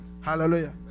Hallelujah